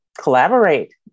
collaborate